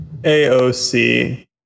AOC